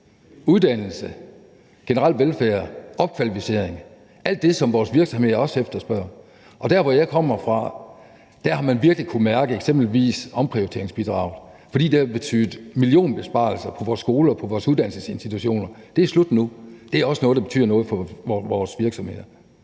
Uddannelse, generel velfærd, opkvalificering, alt det, som vores virksomheder også efterspørger. Og der, hvor jeg kommer fra, har man virkelig kunnet mærke eksempelvis omprioriteringsbidraget, fordi det har betydet millionbesparelser på vores skoler og på vores uddannelsesinstitutioner, men det er slut nu, og det er også noget, der betyder noget for vores virksomheder.